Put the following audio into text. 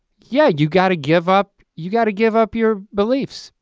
yeah, you got to give up, you got to give up your beliefs.